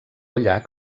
llac